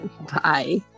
Bye